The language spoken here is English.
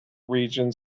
region